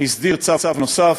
הסדיר צו נוסף,